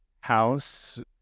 house